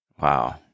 Wow